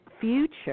future